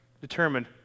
determined